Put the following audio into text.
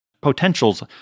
Potential's